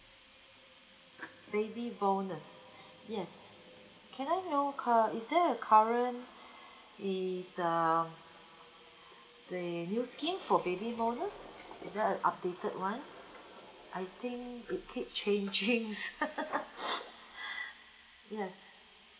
baby bonus yes can I know uh is there a current is uh the new scheme for baby bonus is there a updated one I think it kept changing yes